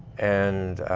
and